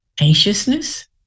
anxiousness